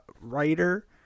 writer